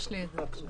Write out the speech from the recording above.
יש לי את זה.